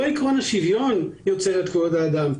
לא עקרון השוויון יוצר את כבוד האדם,